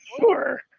Sure